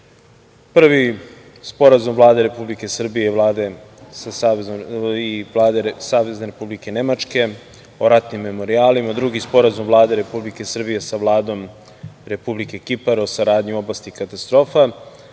UN.Prvi Sporazum Vlade Republike Srbije i Vlade Savezne Republike Nemačke o ratnim memorijalima, drugi Sporazum Vlade Republike Srbije sa Vladom Republike Kipar o saradnji u oblasti katastrofa,